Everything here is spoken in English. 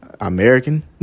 American